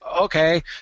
Okay